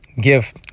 give